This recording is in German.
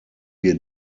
wir